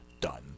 done